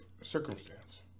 circumstance